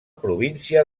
província